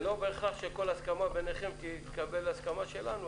לא בהכרח שלגבי כל הסכמה ביניכם תתקבל הסכמה שלנו,